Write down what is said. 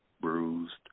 bruised